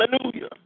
Hallelujah